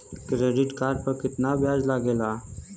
Credit card पर कितना ब्याज लगेला?